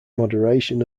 moderation